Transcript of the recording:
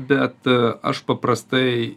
bet aš paprastai